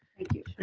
thank you,